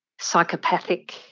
psychopathic